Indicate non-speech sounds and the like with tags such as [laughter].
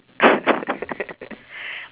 [laughs]